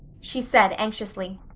she said anxiously.